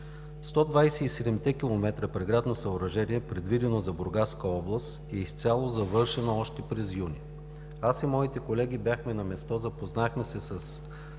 преградно съоръжение, предвидено за Бургаска област, е изцяло завършено още през юни. Аз и моите колеги бяхме на място. Запознахме се с